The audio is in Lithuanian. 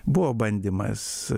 buvo bandymas